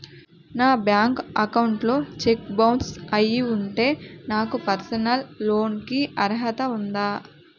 నా bank account లో check bounce అయ్యి ఉంటే నాకు పర్సనల్ లోన్ కీ అర్హత ఉందా?